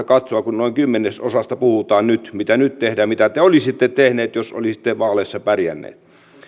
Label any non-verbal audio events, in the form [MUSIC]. [UNINTELLIGIBLE] katsoa kun noin kymmenesosasta puhutaan nyt mitä nyt tehdään ja mitä te olisitte tehneet jos olisitte vaaleissa pärjänneet